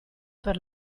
per